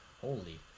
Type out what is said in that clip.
Holy